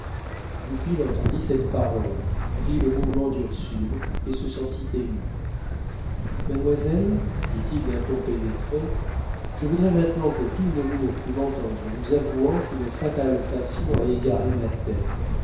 lèvres goupil entendit cette parole vit le mouvement d'ursule et se sentit ému mademoiselle dit-il d'un ton pénétré je voudrais maintenant que tout nemours pût m'entendre vous avouant qu'une fatale passion a égaré ma tête